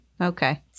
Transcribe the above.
Okay